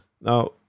Now